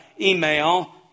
email